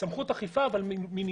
סמכות אכיפה אך מידתית,